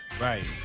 Right